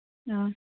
ꯑꯥ